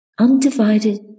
undivided